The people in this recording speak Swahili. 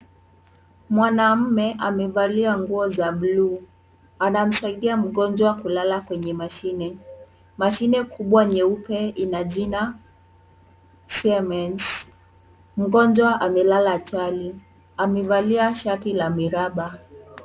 Mwanaume amevalia nguo za buluu. Anamsaidia mgonjwa kulala kwenye mashine. Mashine kubwa nyeupe ina jina Siemens. Mgonjwa amelala chali. Amevalia shati la miraba.